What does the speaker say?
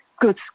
good